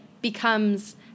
becomes